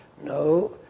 no